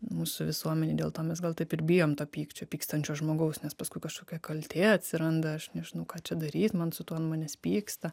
mūsų visuomenėj dėl to mes gal taip ir bijom to pykčio pykstančio žmogaus nes paskui kažkokia kaltė atsiranda aš nežinau ką čia daryt man su tuo ant manęs pyksta